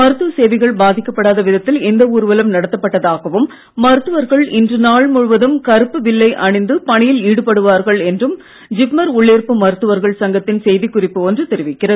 மருத்துவ சேவைகள் பாதிக்கப்படாத விதத்தில் இந்த ஊர்வலம் நடத்தப்பட்டதாகவும் மருத்துவர்கள் இன்று நாள் முழுவதும் கருப்பு வில்லை அணிந்து பணியில் ஈடுபடுவார்கள் என்றும் ஜிப்மர் உள்ளிருப்பு மருத்துவர்கள் சங்கத்தின் செய்திக் குறிப்பு ஒன்று தெரிவிக்கிறது